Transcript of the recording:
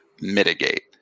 mitigate